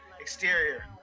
Exterior